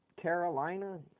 Carolina